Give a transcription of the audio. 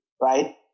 right